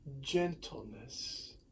gentleness